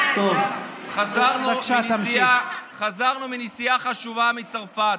חזרנו מנסיעה חשובה מצרפת.